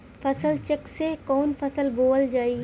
फसल चेकं से कवन फसल बोवल जाई?